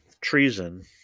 treason